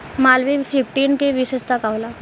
Malviya fifteen के विशेषता का होला?